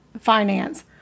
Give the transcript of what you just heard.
finance